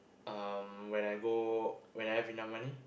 um when I go when I have enough money